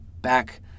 back